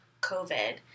COVID